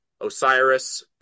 Osiris